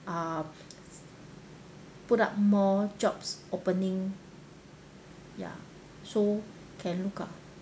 uh put up more jobs opening ya so can lookout